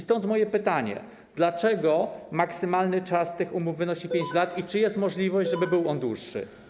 Stąd moje pytanie: Dlaczego maksymalny czas tych umów wynosi 5 lat i czy jest możliwość, żeby był on dłuższy?